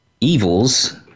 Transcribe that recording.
evils